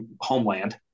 homeland